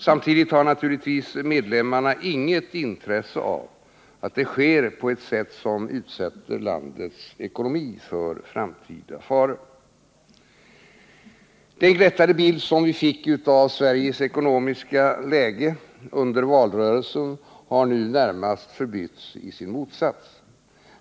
Samtidigt har naturligtvis medlemmarna inget intresse av att det sker på ett sätt som utsätter landets ekonomi för framtida faror. Den glättade bild vi under valrörelsen fick av Sveriges ekonomiska läge har nu närmast förbytts i sin motsats.